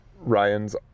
ryan's